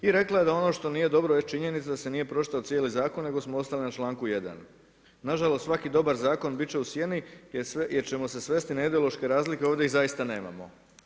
I rekla je da ono što nije dobro jest činjenica da se nije pročitao cijeli zakon nego smo ostali na članku 1. nažalost svaki dobar zakon bit će u sjeni jer ćemo se svesti na ideološke razlike ovdje i zaista nemamo.